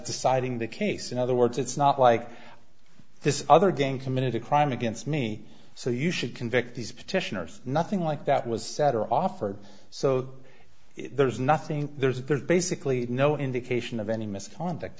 deciding the case in other words it's not like this other gang committed a crime against me so you should convict these petitioners nothing like that was said or offered so there's nothing there's basically no indication of any misconduct